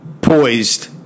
poised